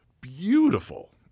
beautiful